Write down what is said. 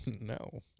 No